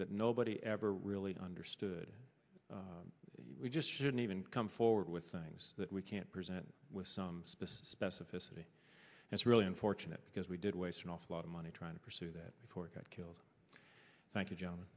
that nobody ever really understood we just didn't even come forward with things that we can't present with some specifics of history that's really unfortunate because we did waste an awful lot of money trying to pursue that before it got killed thank you john